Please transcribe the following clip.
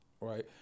right